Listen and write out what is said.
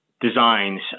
designs